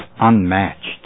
unmatched